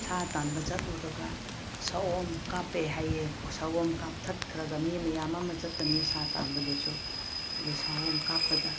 ꯁꯥ ꯇꯥꯟꯕ ꯆꯠꯂꯨꯔꯒ ꯁꯑꯣꯝ ꯀꯥꯞꯄꯦ ꯍꯥꯏꯌꯦ ꯁꯑꯣꯝ ꯀꯥꯞꯊꯠꯈ꯭ꯔꯒ ꯃꯤ ꯃꯌꯥꯝ ꯑꯃ ꯆꯠꯄꯅꯤ ꯁꯥ ꯇꯥꯟꯕꯗꯨꯁꯨ ꯑꯗꯨ ꯁꯑꯣꯝ ꯀꯥꯞꯄꯗ